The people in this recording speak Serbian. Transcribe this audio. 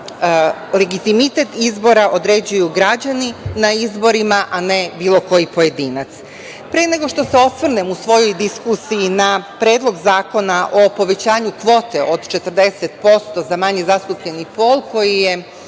legitimitet izbora određuju građani na izborima, a ne bilo koji pojedinac. Pre nego što se osvrnem u svojoj diskusiji na Predlog zakona o povećanju kvote od 40% za manje zastupljeni pol koji je